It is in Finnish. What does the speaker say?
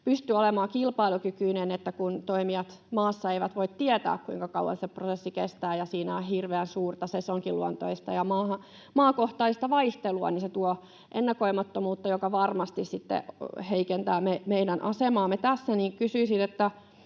pysty olemaan kilpailukykyinen, kun toimijat maassa eivät voi tietää, kuinka kauan se prosessi kestää, ja siinä on hirveän suurta sesonkiluontoista ja maakohtaista vaihtelua. Se tuo ennakoimattomuutta, joka varmasti sitten heikentää meidän asemaamme tässä.